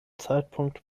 zeitpunkt